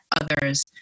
others